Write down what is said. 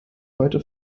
heute